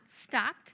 stopped